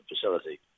facility